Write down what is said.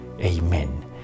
Amen